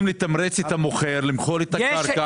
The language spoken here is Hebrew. לתמרץ את המוכר למכור את הקרקע.